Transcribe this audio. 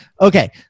Okay